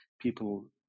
people